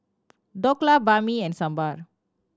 Dhokla Banh Mi and Sambar